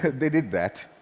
they did that,